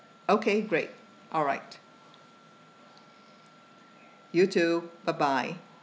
okay great alright you too bye bye